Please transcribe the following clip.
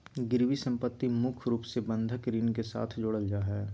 गिरबी सम्पत्ति मुख्य रूप से बंधक ऋण के साथ जोडल जा हय